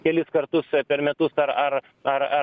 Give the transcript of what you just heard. kelis kartus per metus ar ar ar ar